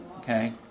Okay